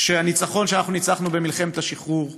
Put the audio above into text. שהניצחון שאנחנו ניצחנו במלחמת השחרור,